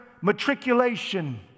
matriculation